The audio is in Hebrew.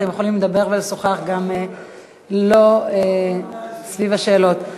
אתם יכולים לדבר ולשוחח גם לא סביב השאלות.